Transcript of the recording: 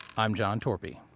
i'm john torpy